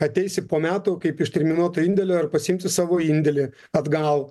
ateisi po metų kaip iš terminuoto indėlio ir pasiimsi savo indėlį atgal